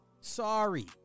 Sorry